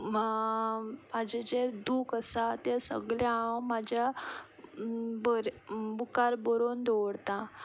म्हजें जें दूख आसा तें सगलें हांव म्हज्या बुकार बरोवन दवरता